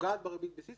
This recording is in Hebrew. פוגעת בריבית הבסיס,